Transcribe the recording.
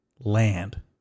land